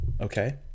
Okay